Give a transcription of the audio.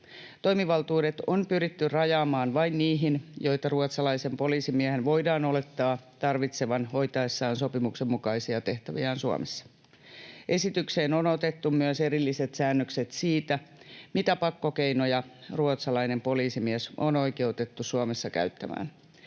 Toimivaltuudet on pyritty rajaamaan vain niihin, joita ruotsalaisen poliisimiehen voidaan olettaa tarvitsevan hoitaessaan sopimuksen mukaisia tehtäviään Suomessa. Esitykseen on otettu myös erilliset säännökset siitä, mitä pakkokeinoja ruotsalainen poliisimies on oikeutettu Suomessa käyttämään.